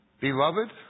beloved